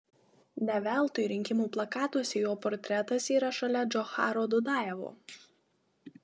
ne veltui rinkimų plakatuose jo portretas yra šalia džocharo dudajevo